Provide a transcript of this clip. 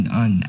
on